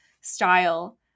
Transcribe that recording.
style